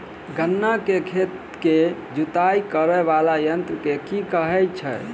गन्ना केँ खेत केँ जुताई करै वला यंत्र केँ की कहय छै?